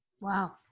wow